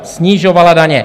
Snižovala daně.